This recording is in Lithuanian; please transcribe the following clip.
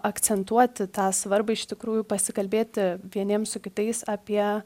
akcentuoti tą svarbą iš tikrųjų pasikalbėti vieniems su kitais apie